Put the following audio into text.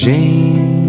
Jane